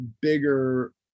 bigger